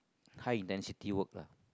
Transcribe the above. high intensity work lah